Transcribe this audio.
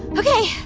ok,